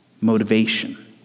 motivation